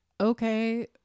okay